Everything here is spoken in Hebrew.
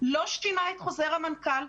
לא שינה את חוזר המנכ"ל,